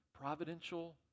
providential